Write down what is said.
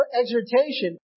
exhortation